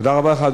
תודה רבה לך,